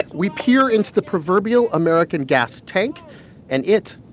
we peer into the proverbial american gas tank and it,